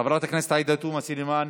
חברת הכנסת עאידה תומא סלימאן,